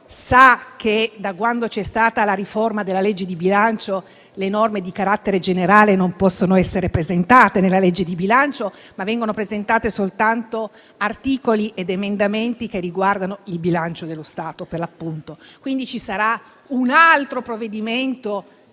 sa che, da quando è stata approvata la riforma della legge di bilancio, le norme di carattere generale non possono essere presentate, ma vengono presentati soltanto articoli ed emendamenti che riguardano il bilancio dello Stato, per l'appunto, e quindi ci sarà un altro provvedimento